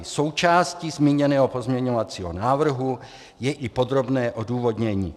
Součástí zmíněného pozměňovacího návrhu je i podrobné odůvodnění.